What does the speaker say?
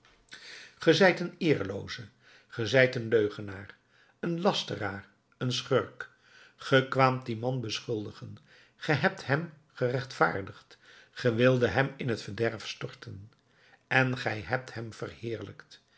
zijt een eerlooze ge zijt een leugenaar een lasteraar een schurk ge kwaamt dien man beschuldigen ge hebt hem gerechtvaardigd ge wildet hem in t verderf storten en gij hebt hem